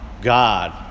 God